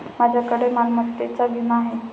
माझ्याकडे मालमत्तेचा विमा आहे